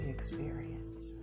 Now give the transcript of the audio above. experience